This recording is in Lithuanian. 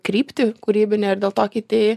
kryptį kūrybinę ir dėl to keitei